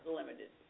limited